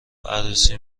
عروسی